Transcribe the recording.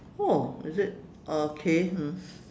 oh is it okay mm